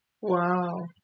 Wow